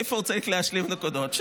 איפה הוא צריך להשלים נקודות?